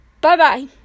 Bye-bye